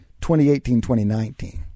2018-2019